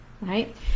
right